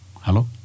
Hello